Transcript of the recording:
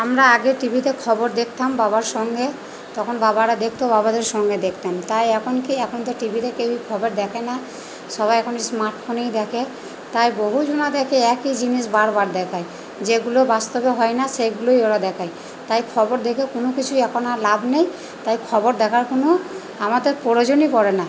আমরা আগে টি ভিতে খবর দেখতাম বাবার সঙ্গে তখন বাবারা দেখত বাবাদের সঙ্গে দেখতাম তাই এখন কী এখন তো টি ভিতে কেউই খবর দেখে না সবাই এখন স্মার্টফোনেই দেখে তাই বহুজন দেখে একই জিনিস বারবার দেখায় যেগুলো বাস্তবে হয় না সেগুলোই ওরা দেখায় তাই খবর দেখে কোনো কিছুই এখন আর লাভ নেই তাই খবর দেখার কোনো আমার তো প্রয়োজনই পড়ে না